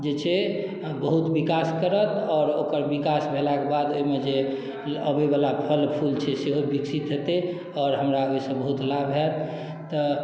जे छै बहुत विकास करत आओर ओकर विकास भेला के बाद ओहिमे जे आबय बला फल फूल छै सेहो विकसित हेतै आओर हमरा ओहिसँ बहुत लाभ होयत